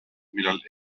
millal